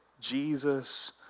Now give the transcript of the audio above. Jesus